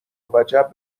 وجب